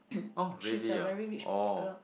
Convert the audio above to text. oh really ah oh